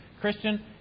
Christian